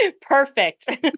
Perfect